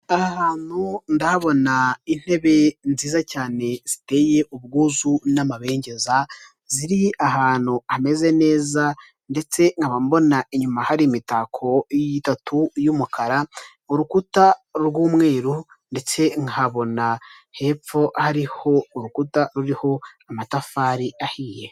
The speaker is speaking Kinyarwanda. Aha ahantu ndahabona intebe nziza cyane ziteye ubwuzu n'amabengeza ziri ahantu hameze neza, ndetse nkaba mbona inyuma hari imitako itatu y'umukara urukuta rw'umweru. Ndetse nkahabona hepfo hariho urukuta ruriho amatafari ahiye.